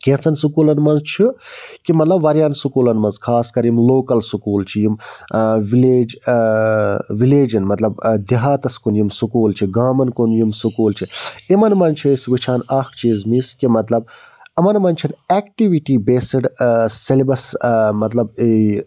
کینٛژن سکوٗلَن منٛز چھُ کہِ مطلب واریاہَن سکوٗلَن منٛز خاص کَر یِم لوکَل سکوٗل چھِ یِم وِلیج وِلیجَن مطلب دِہاتَس کُن یِم سکوٗل چھِ گامَن کُن یِم سکوٗل چھِ یِمَن منٛز چھِ أسۍ وُچھان اَکھ چیٖز مِس کہِ مطلب یِمَن منٛز چھِ نہٕ ایٚکٹِوِٹی بیسٕڈ سیلبَس مطلب